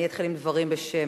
אני אתחיל עם דברים בשם